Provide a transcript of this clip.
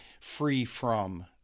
free-from